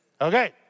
Okay